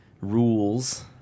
rules